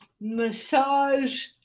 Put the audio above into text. massage